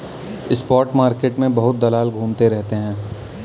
spot market में बहुत दलाल घूमते रहते हैं